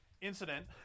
incident